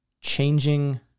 changing